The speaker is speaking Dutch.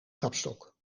kapstok